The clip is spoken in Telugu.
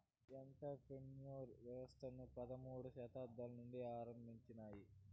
ఎంటర్ ప్రెన్యూర్ వ్యవస్థలు పదమూడవ శతాబ్దం నుండి ఆరంభమయ్యాయి